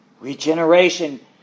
Regeneration